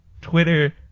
Twitter